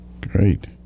Great